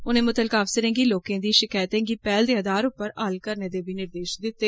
उनें मुतलका अफसरें गी लोकें दी शकायतें गी पैहल दे आधार उप्पर हल करने दे बी निर्देश दिते